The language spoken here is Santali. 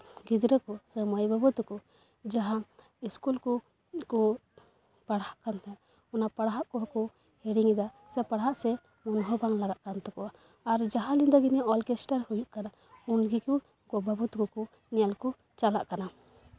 ᱜᱤᱫᱽᱨᱟᱹ ᱠᱚ ᱥᱮ ᱢᱟᱹᱭ ᱵᱟᱹᱵᱩ ᱛᱟᱠᱚ ᱡᱟᱦᱟᱸ ᱤᱥᱠᱩᱞ ᱠᱚᱠᱚ ᱯᱟᱲᱦᱟᱜ ᱠᱟᱱᱟ ᱚᱱᱟ ᱯᱟᱲᱦᱟᱜ ᱠᱚᱦᱚᱸ ᱠᱚ ᱦᱤᱲᱤᱧ ᱮᱫᱟ ᱥᱮ ᱯᱟᱲᱦᱟᱜ ᱥᱮᱫ ᱢᱚᱱ ᱦᱚᱸ ᱵᱟᱝ ᱞᱟᱜᱟᱜ ᱠᱟᱱ ᱛᱟᱠᱚᱣᱟ ᱟᱨ ᱡᱟᱦᱟᱸ ᱧᱤᱫᱟᱹ ᱚᱨᱠᱮᱥᱴᱟᱨ ᱦᱩᱭᱩᱜ ᱠᱟᱱᱟ ᱩᱱ ᱜᱮᱠᱚ ᱵᱟᱹᱵᱩ ᱛᱟᱠᱚ ᱠᱚ ᱧᱮᱞ ᱠᱚ ᱪᱟᱞᱟᱜ ᱠᱟᱱᱟ